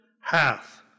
hath